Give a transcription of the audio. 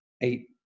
eight